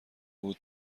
بود